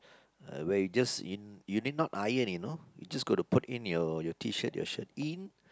where you just you you need not iron you know you just gotta put in your T-shirt your shirt in